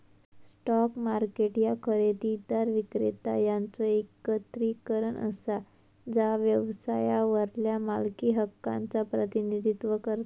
stock market ह्या खरेदीदार, विक्रेता यांचो एकत्रीकरण असा जा व्यवसायावरल्या मालकी हक्कांचा प्रतिनिधित्व करता